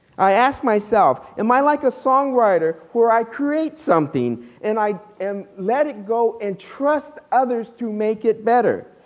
i ask myself am i like a song writer when i create something and i am letting go and trust others to make it better.